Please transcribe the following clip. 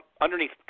underneath